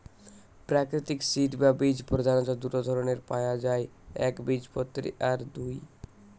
প্রাকৃতিক সিড বা বীজ প্রধাণত দুটো ধরণের পায়া যায় একবীজপত্রী আর দুই